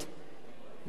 אדוני ראש הממשלה,